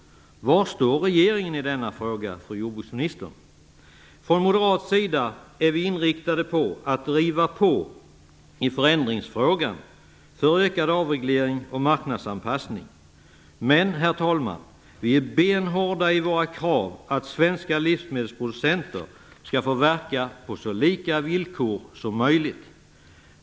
Var står regeringen i denna fråga, fru jordbruksminister? Från moderat sida är vi inriktade på att driva på i förändringsfrågan för ökad avreglering och marknadsanpassning. Men, herr talman, vi är benhårda i våra krav på att svenska livsmedelsproducenter skall få verka på så lika villkor som möjligt.